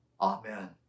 Amen